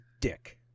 dick